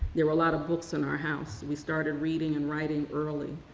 there were a lot of books in our house. we started reading and writing early.